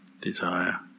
desire